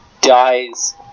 dies